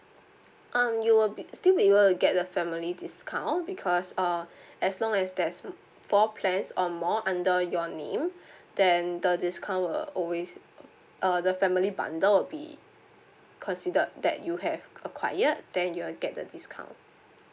um you will be still be able to get the family discount because um as long as there's um four plans um more under your name then the discount will always uh the family bundle will be considered that you have acquired then you will get the discount